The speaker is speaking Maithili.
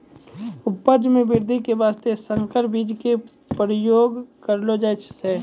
उपज मॅ वृद्धि के वास्तॅ संकर बीज के उपयोग करलो जाय छै